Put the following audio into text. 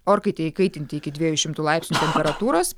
orkaitę įkaitinti iki dviejų šimtų laipsnių temperatūros